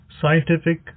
Scientific